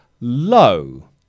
low